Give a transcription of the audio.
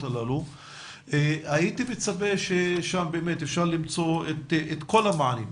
הללו הייתי מצפה שאפשר למצוא שם את כל המענים,